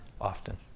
Often